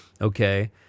Okay